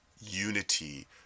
unity